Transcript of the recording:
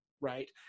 right